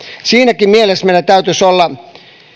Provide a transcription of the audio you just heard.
siinäkin mielessä meidän täytyisi olla